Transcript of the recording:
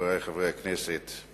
חברי חברי הכנסת,